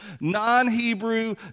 non-Hebrew